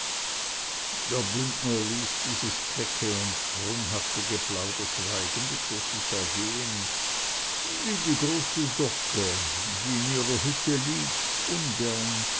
ließ dieses kecke und sprunghafte geplauder schweigend über sich ergehen wie die große dogge die in ihrer hütte liegt ungern